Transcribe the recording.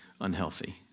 Unhealthy